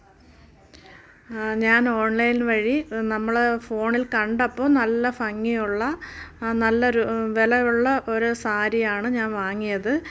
ഞാൻ ഓൺലൈൻ വഴി നമ്മൾ ഫോണിൽ കണ്ടപ്പോൾ നല്ല ഭംങ്ങിയുള്ള നല്ലൊരു വിലയുള്ള ഒരു സാരി ആണ് ഞാൻ വാങ്ങിയത്